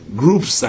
groups